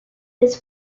his